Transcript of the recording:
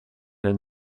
and